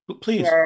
Please